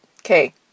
Okay